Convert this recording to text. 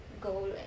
go